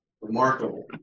Remarkable